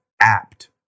apt